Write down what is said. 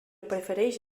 prefereix